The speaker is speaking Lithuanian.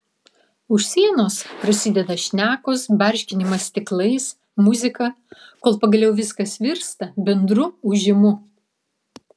už sienos prasideda šnekos barškinimas stiklais muzika kol pagaliau viskas virsta bendru ūžimu